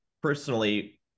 Personally